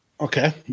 Okay